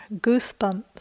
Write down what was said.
goosebumps